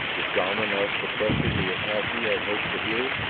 the shaman asked the question the apache had hoped to hear.